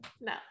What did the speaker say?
no